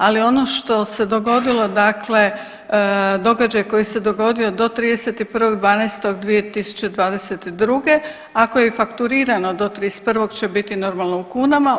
Ali ono što se dogodilo dakle događaj koji se dogodio do 31. 12. 2022. ako je fakturirano do 31. će biti normalno u kunama.